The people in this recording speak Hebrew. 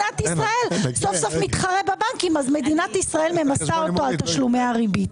סוף סוף מתחרה בבנקים ואז מדינת ישראל ממסה אותו על תשלומי הריבית.